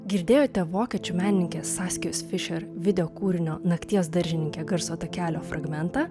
girdėjote vokiečių menininkės saskijos fišer video kūrinio nakties daržininkė garso takelio fragmentą